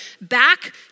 back